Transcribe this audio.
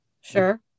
Sure